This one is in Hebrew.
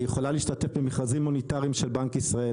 היא יכולה להשתתף במכרזים מוניטריים של בנק ישראל,